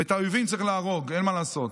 את האויבים צריך להרוג, אין מה לעשות.